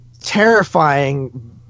terrifying